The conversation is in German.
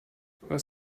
was